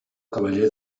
cavaller